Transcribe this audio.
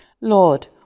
Lord